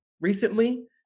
recently